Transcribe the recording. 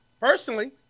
Personally